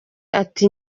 ati